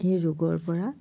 সেই ৰোগৰ পৰা